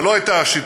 אבל לא הייתה שיטה,